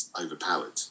overpowered